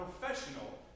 professional